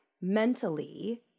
mentally